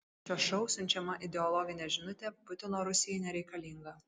šio šou siunčiama ideologinė žinutė putino rusijai nereikalinga